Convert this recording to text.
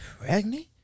pregnant